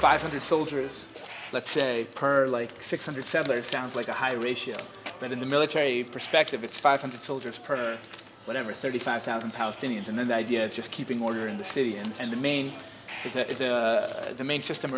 five hundred soldiers let's say per like six hundred settlers sounds like a high ratio but in the military perspective it's five hundred soldiers per whatever thirty five thousand palestinians and then the idea of just keeping order in the city and the main the main system